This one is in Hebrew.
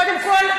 קודם כול,